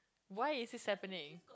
why is this happening